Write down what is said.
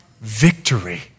Victory